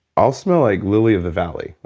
i'll smell like lily of the valley.